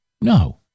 No